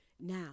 Now